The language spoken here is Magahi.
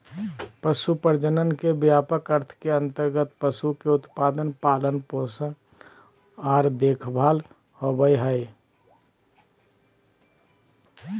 पशु प्रजनन के व्यापक अर्थ के अंतर्गत पशु के उत्पादन, पालन पोषण आर देखभाल होबई हई